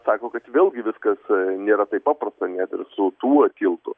sako kad vėlgi viskas nėra taip paprasta net ir su tuo tiltu